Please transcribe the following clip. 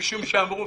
משום שאמרו,